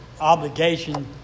obligation